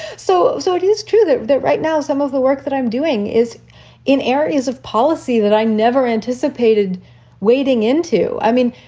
so so it is true that that right now some of the work that i'm doing is in areas of policy that i never anticipated wading into. i mean,